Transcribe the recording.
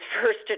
first